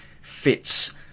fits